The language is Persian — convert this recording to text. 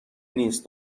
نیس